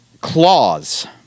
Claws